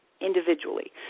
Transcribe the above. individually